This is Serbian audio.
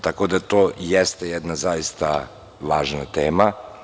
Tako da to jeste jedna zaista važna tema.